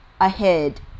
ahead